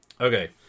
Okay